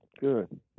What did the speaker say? Good